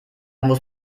muss